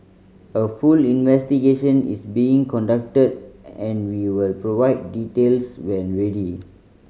a full investigation is being conducted and we will provide details when ready